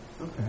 Okay